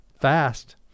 fast